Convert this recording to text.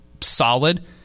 solid